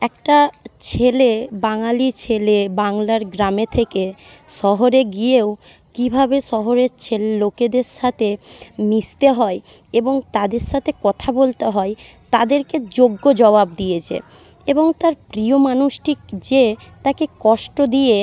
একটা ছেলে বাঙালি ছেলে বাংলার গ্রামে থেকে শহরে গিয়েও কীভাবে শহরের লোকেদের সাথে মিশতে হয় এবং তাদের সাথে কথা বলতে হয় তাদেরকে যোগ্য জবাব দিয়েছে এবং তার প্রিয় মানুষটি যে তাকে কষ্ট দিয়ে